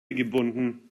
gebunden